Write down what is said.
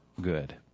good